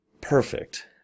perfect